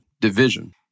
division